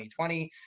2020